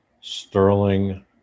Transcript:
Sterling